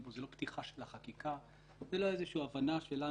בואו נפתח אותו באופן שוויוני